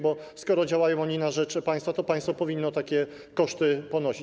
Bo skoro działają oni na rzecz państwa, to państwo powinno takie koszty ponosić.